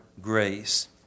grace